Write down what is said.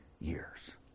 years